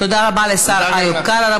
תודה רבה לשר איוב קרא.